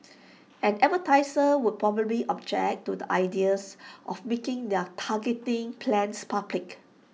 and advertisers would probably object to the ideas of making their targeting plans public